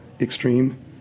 extreme